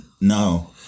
no